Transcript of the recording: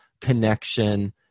connection